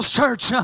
church